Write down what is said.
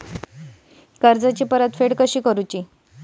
कर्जाची परतफेड कशी करुची?